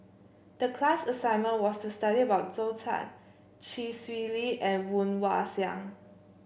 the class assignment was to study about Zhou Can Chee Swee Lee and Woon Wah Siang